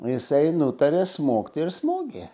jisai nutarė smogti ir smūgį